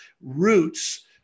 roots